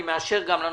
אני מאשר גם לנוצרים.